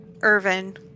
Irvin